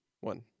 one